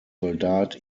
soldat